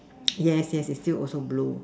yes yes you still also blue